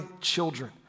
children